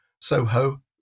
Soho